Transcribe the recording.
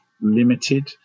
limited